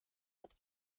hat